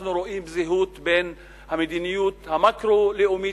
אנחנו רואים זהות בין המדיניות המקרו-לאומית,